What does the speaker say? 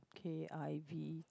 k_i_v